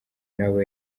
n’abo